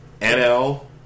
NL